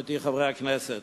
עמיתי חברי הכנסת,